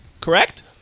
Correct